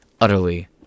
utterly